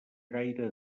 gaire